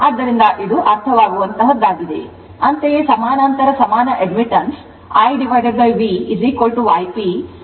ಆದ್ದರಿಂದ ಇದು ಅರ್ಥವಾಗುವಂತಹದ್ದಾಗಿದೆ ಅಂತೆಯೇ ಸಮಾನಾಂತರ ಸಮಾನ admittance IVYP 1Rp j 1XP g jb